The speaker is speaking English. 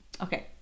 Okay